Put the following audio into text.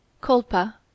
Culpa